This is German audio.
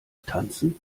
tanzen